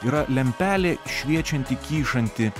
yra lempelė šviečianti kyšanti